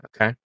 Okay